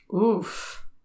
Oof